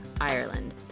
ireland